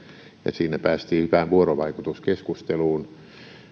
siinä päästiin hyvään vuorovaikutuskeskusteluun